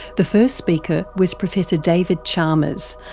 the first speaker was professor david chalmers,